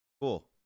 Cool